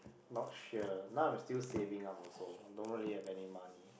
not sure now I'm still saving up also don't really have any money